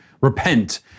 repent